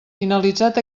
finalitzat